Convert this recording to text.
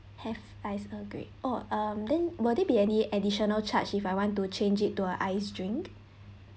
have iced earl grey oh um then will there be any additional charge if I want to change it to a ice drink